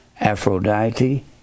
Aphrodite